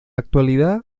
actualidad